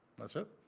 that's it.